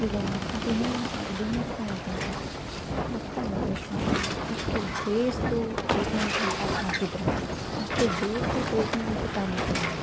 ಈಗ ಮತ್ತೆ ಇನ್ನೊಂದೇನಪ್ಪ ಅಂದರೆ ಡೀಮೆರಿಟ್ ಏನು ಅಂತಂದರೆ ಬರ್ತಾರಲ್ವ ಪೇಶೆಂಟ್ಸು ಇಷ್ಟು ಡೇಸ್ದು ಟ್ರೀಟ್ಮೆಂಟ್ ಅಂತ ಹಾಕಿದರೆ ಅಷ್ಟು ಡೇಸ್ದು ಟ್ರೀಟ್ಮೆಂಟ್ದು ಟ್ಯಾಬ್ಲೆಟ್ ತೊಗೊಂಡೋಗಲ್ಲ